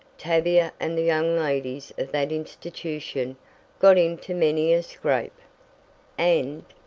tavia and the young ladies of that institution got into many a scrape and,